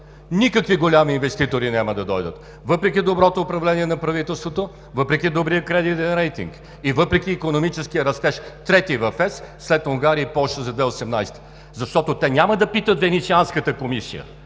Никакви големи инвеститори няма да дойдат, въпреки доброто управление на правителството, въпреки добрия кредитен рейтинг и въпреки икономическия растеж – трети в ЕС след Унгария и Полша за 2018 г., защото те няма да питат Венецианската комисия